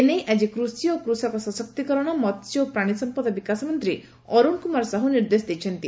ଏନେଇ ଆଜି କୃଷି ଓ କୃଷକ ସଶକ୍ତୀକରଣ ମସ୍ୟ ଓ ପ୍ରାଣୀସମ୍ମଦ ବିକାଶ ମନ୍ତୀ ଅରୁଣ କୁମାର ସାହୁ ନିର୍ଦ୍ଦେଶ ଦେଇଛନ୍ତି